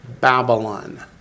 Babylon